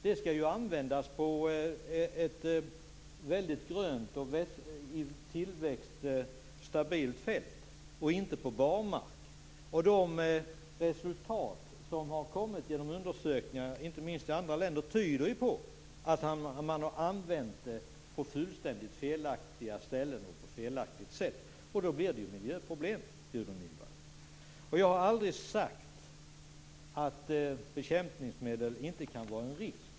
Det skall ju användas på ett väldigt grönt och tillväxtstabilt fält, inte på barmark. De resultat som har kommit fram genom undersökningar, inte minst i andra länder, tyder ju på att man har använt det på fullständigt fel ställen och på ett felaktigt sätt, och då blir det ju miljöproblem, Gudrun Lindvall. Jag har aldrig sagt att bekämpningsmedlen inte kan vara en risk.